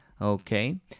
Okay